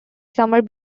summer